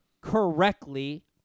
correctly